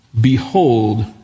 behold